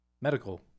Medical